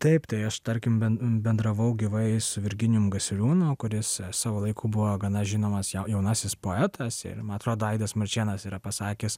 taip tai aš tarkim bend bendravau gyvai su virginijumi gasiliūnu kuris savo laiku buvo gana žinomas jau jaunasis poetas ir man atrodo aidas marčėnas yra pasakęs